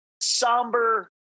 somber